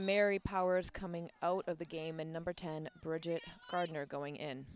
mary powers coming out of the game and number ten bridget gardner going